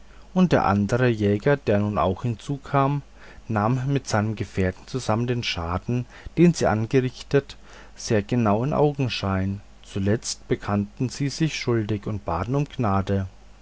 und der andre jäger der nun auch hinzukam nahm mit seinem gefährten zusammen den schaden den sie angerichtet sehr genau in augenschein zuletzt bekannten sie sich schuldig und baten um gnade